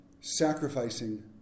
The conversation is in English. sacrificing